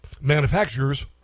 manufacturers